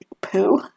poo